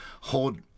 hold